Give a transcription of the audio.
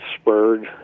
spurred